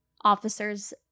officers